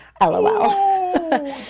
LOL